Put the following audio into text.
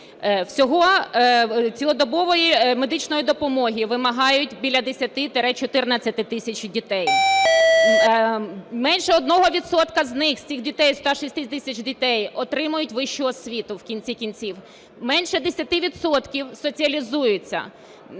батьків. Цілодобової медичної допомоги вимагають біля 10-14 тисяч дітей. Менше 1 відсотка з них, із цих дітей, з 106 тисяч дітей, отримують вищу освіту в кінці кінців. Менше 10 відсотків соціалізуються.